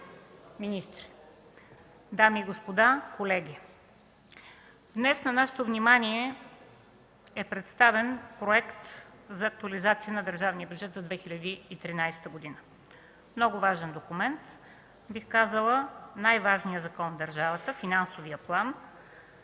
дами и господа, колеги! Днес на нашето внимание е представен проект за актуализация на държавния бюджет за 2013 г. Много важен документ, бих казала най-важният закон в държавата – финансовият план,